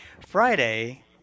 Friday